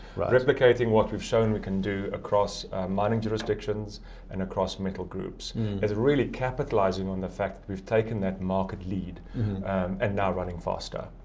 replicating what we've shown we can do across mining jurisdictions and across metal groups and really capitalizing on the fact that we've taken that market lead and now running faster.